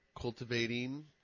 cultivating